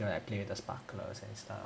know that I play with sparklers and stuff